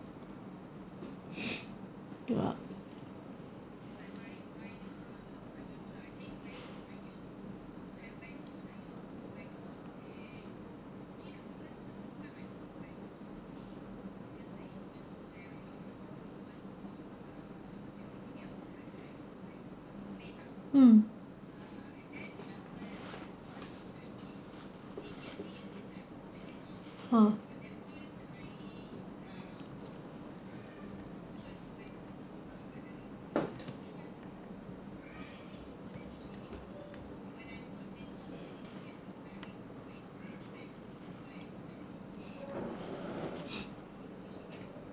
mm ah